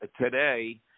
today